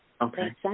Okay